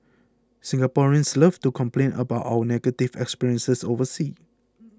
Singaporeans love to complain about our negative experiences overseas